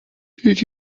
did